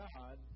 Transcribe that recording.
God